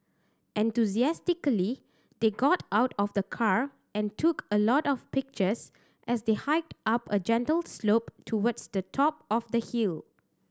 enthusiastically they got out of the car and took a lot of pictures as they hiked up a gentle slope towards the top of the hill